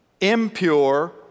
impure